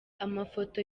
amafoto